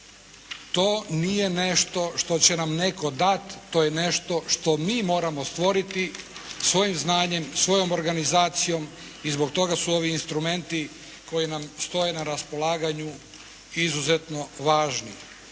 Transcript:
To nije nešto što će nam netko dati. To je nešto što mi moramo stvoriti svojim znanjem, svojom organizacijom i zbog toga su ovi instrumenti koji nam stoje na raspolaganju izuzetno važni.